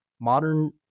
modern